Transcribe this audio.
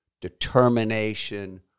determination